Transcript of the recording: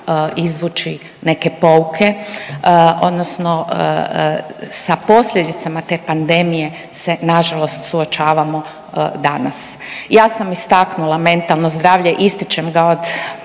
izvući neke pouke, odnosno sa posljedicama te pandemije se na žalost suočavamo danas. Ja sam istaknula mentalno zdravlje, ističem ga od